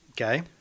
Okay